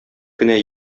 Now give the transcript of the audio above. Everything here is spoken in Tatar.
кенә